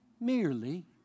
Merely